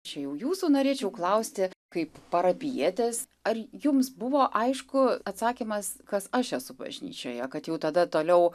čia jau jūsų norėčiau klausti kaip parapijietės ar jums buvo aišku atsakymas kas aš esu bažnyčioje kad jau tada toliau